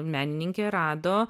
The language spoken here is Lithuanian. menininkė rado